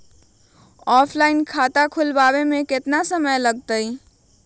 Offline खाता खुलबाबे में केतना समय लगतई?